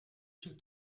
шиг